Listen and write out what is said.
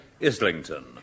Islington